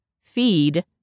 feed